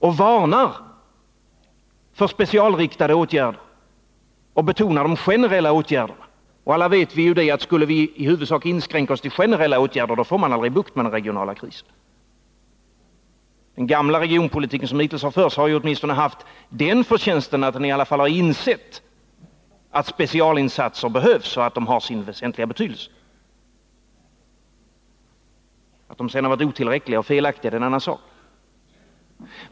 Han varnar för specialriktade åtgärder och betonar de generella åtgärderna. Vi vet alla att skulle vi inskränka oss till i huvudsak generella åtgärder får vi aldrig bukt med de regionala kriserna. Den regionalpolitik som hittills har förts har i alla fall haft den förtjänsten att man insett att specialinsatser behövs och har en väsentlig betydelse. Att de sedan har varit otillräckliga och felaktiga är en annan sak.